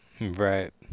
Right